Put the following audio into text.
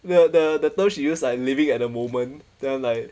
well the the use like living at the moment then I'm like